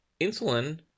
insulin